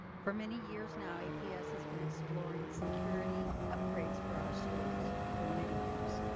for many years now aps has been exploring security upgrades for our schools for many years.